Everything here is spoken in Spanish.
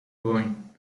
going